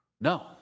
No